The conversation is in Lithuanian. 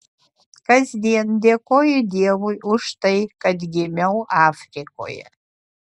kasdien dėkoju dievui už tai kad gimiau afrikoje